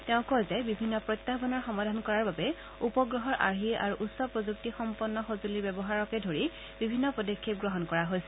তেওঁ কয় যে বিভিন্ন প্ৰত্যাহানৰ সমাধান কৰাৰ বাবে উপগ্ৰহৰ আৰ্হি আৰু উচ্চ প্ৰযুক্তিসম্পন্ন সজুলিৰ ব্যৱহাৰকে ধৰি বিভিন্ন পদক্ষেপ গ্ৰহণ কৰা হৈছে